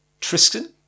Tristan